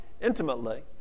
intimately